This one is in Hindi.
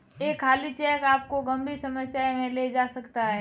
एक खाली चेक आपको गंभीर समस्या में ले जा सकता है